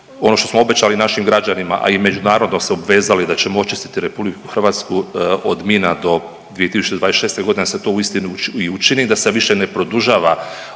ono što smo obećali našim građanima, a i međunarodno se obvezali da ćemo očistiti Republiku Hrvatsku od mina do 2026. godine da se to uistinu i učini, da se više ne produžava